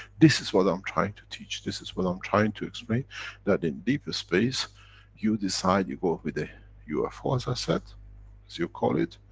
this is what i'm trying to teach. this is what i'm trying to explain that in deep space you decide you go with the ufo, as i said. as you call it,